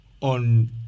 on